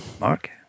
Mark